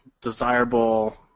desirable